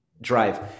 Drive